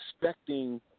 expecting